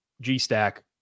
G-Stack